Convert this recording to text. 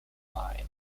line